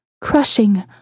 Crushing